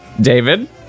David